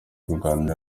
kuganira